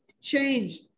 Change